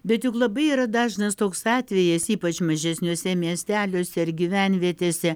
bet juk labai yra dažnas toks atvejis ypač mažesniuose miesteliuose ar gyvenvietėse